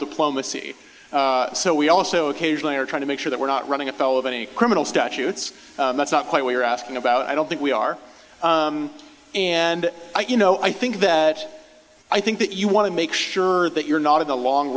diplomacy so we also occasionally are trying to make sure that we're not running afoul of any criminal statutes that's not quite what you're asking about i don't think we are and i you know i think that i think that you want to make sure that you're not in the long